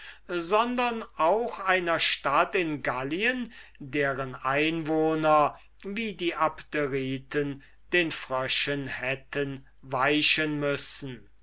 sondern auch einer stadt in gallien deren einwohner wie die abderiten den fröschen hätten platz machen müssen